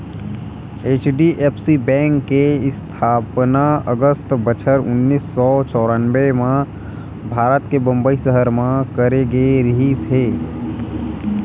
HDFC bank के इस्थापना अगस्त बछर उन्नीस सौ चौरनबें म भारत के बंबई सहर म करे गे रिहिस हे